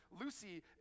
Lucy